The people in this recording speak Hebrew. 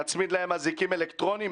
שנצמיד להם אזיקים אלקטרוניים?